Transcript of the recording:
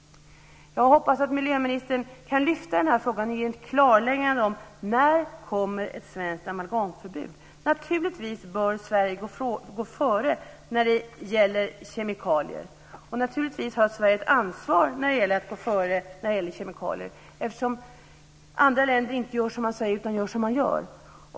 Jag hoppas att miljöministern kan lyfta fram den här frågan och ge ett klarläggande om när ett svenskt amalgamförbud kommer. Naturligtvis bör Sverige gå före när det gäller kemikalier, och naturligtvis har Sverige ett ansvar för detta. Andra länder gör ju inte som man säger, utan som man gör.